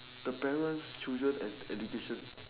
the parents chooses an education